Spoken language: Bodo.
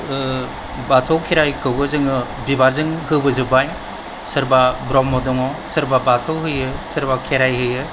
बाथौ खेराइखौबो जोङो बिबारजों होबो जोबबाय सोरबा ब्रम्ह दङ सोरबा बाथौ होयो सोरबा खेराइ होयो